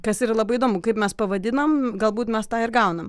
kas yra labai įdomu kaip mes pavadinam galbūt mes tą ir gaunam